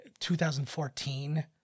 2014